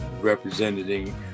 representing